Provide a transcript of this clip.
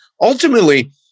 Ultimately